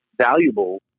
valuable